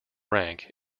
rank